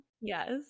Yes